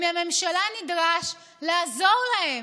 מהממשלה נדרש לעזור להם.